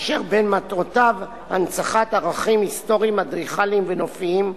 אשר בין מטרותיו הנצחת ערכים היסטוריים אדריכליים ונופיים,